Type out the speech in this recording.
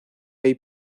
pay